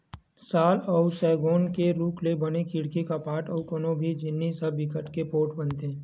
साल अउ सउगौन के रूख ले बने खिड़की, कपाट अउ कोनो भी जिनिस ह बिकट के पोठ बनथे